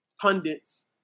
pundits